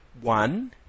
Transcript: one